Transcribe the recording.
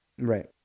Right